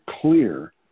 clear